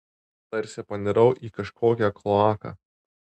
tarsi panirau į kažkokią kloaką